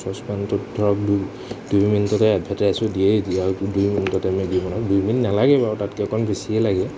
চচপেনটোত ধৰক দুই দুই মিনিটতে এডভাৰটাইজো দিয়ে দিয় দুই মিনিটতে মেগী বনাওক দুই মিনিট নালাগে বাৰু তাতকৈ অকণ বেছিয়ে লাগে